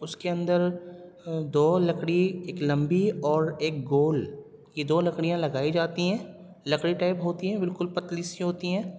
اس کے اندر دو لکڑی ایک لمبی اور ایک گول یہ دو لکڑیاں لگائی جاتی ہیں لکڑی ٹائپ ہوتی ہیں بالکل پتلی سی ہوتی ہیں